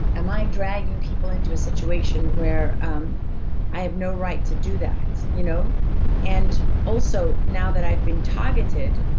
am i dragging people into a situation where um i have no right to do that? you know and also, now that i've been targeted,